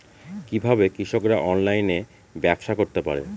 কিভাবে কৃষকরা অনলাইনে ব্যবসা করতে পারে?